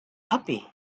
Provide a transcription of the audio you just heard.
puppy